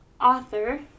Author